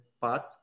path